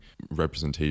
representation